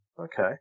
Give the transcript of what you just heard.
Okay